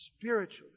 spiritually